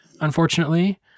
unfortunately